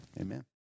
Amen